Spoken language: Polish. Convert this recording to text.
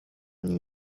nim